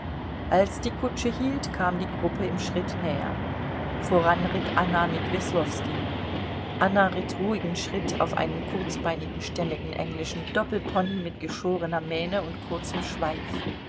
als die kutsche hielt kam die gruppe im schritt näher voran ritt anna mit weslowski anna ritt ruhigen schritt auf einem kurzbeinigen stämmigen englischen doppelpony mit geschorener mähne und kurzem schweif